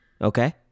okay